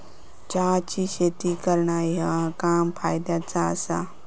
चहाची शेती करणा ह्या काम फायद्याचा आसा